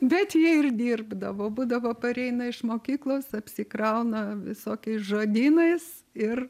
bet jie ir dirbdavo būdavo pareina iš mokyklos apsikrauna visokiais žodynais ir